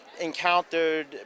encountered